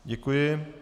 Děkuji.